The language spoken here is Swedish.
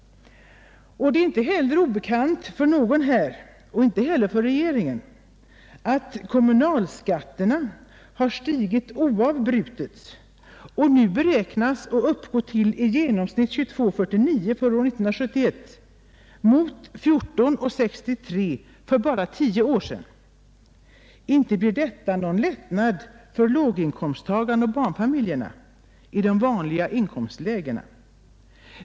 Det är inte heller obekant för någon här och inte heller för regeringen att kommunalskatterna oavbrutet stigit och nu beräknas uppgå till i genomsnitt 22:49 för år 1971 mot 14:63 för bara tio år sedan. Inte blir det någon lättnad för låginkomsttagarna och barnfamiljerna i de vanliga inkomstlägena.